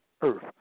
earth